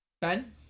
Ben